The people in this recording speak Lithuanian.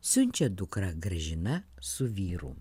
siunčia dukrą gražina su vyru